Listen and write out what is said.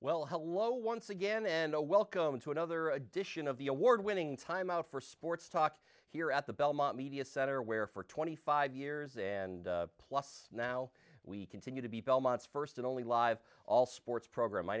well hello once again and a welcome to another edition of the award winning time out for sports talk here at the belmont media center where for twenty five years and plus now we continue to be belmont's st and only live all sports program my